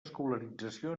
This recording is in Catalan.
escolarització